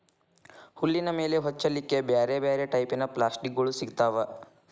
ಹುಲ್ಲಿನ ಮೇಲೆ ಹೊಚ್ಚಲಿಕ್ಕೆ ಬ್ಯಾರ್ ಬ್ಯಾರೆ ಟೈಪಿನ ಪಪ್ಲಾಸ್ಟಿಕ್ ಗೋಳು ಸಿಗ್ತಾವ